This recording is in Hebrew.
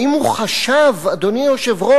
האם הוא חשב, אדוני היושב-ראש,